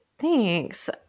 Thanks